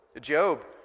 Job